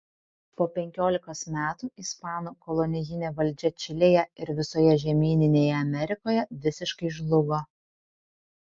po penkiolikos metų ispanų kolonijinė valdžia čilėje ir visoje žemyninėje amerikoje visiškai žlugo